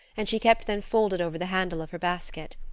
and she kept them folded over the handle of her basket.